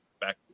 back